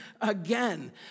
again